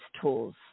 tools